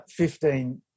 15